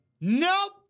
nope